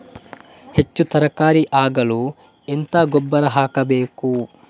ಹೆಚ್ಚು ತರಕಾರಿ ಆಗಲು ಎಂತ ಗೊಬ್ಬರ ಹಾಕಬೇಕು?